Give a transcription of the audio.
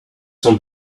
some